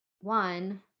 one